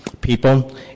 people